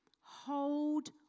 hold